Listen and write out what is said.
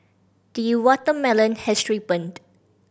the watermelon has ripened